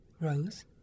Rose